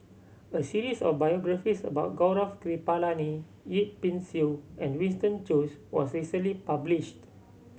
a series of biographies about Gaurav Kripalani Yip Pin Xiu and Winston Choos was recently published